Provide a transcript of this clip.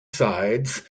sides